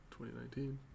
2019